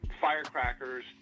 Firecrackers